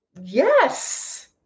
Yes